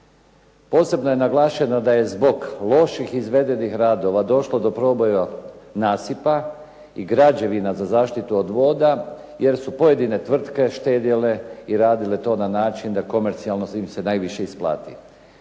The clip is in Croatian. Posebno je naglašeno da je zbog loših izvedenih radova došlo do proboja nasipa i građevina za zaštitu od voda, jer su pojedine tvrtke štedjele i radile to na način da komercijalno im se najviše isplati.